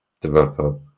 developer